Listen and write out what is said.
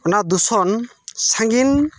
ᱚᱱᱟ ᱫᱩᱥᱚᱱ ᱥᱟᱹᱜᱤᱧ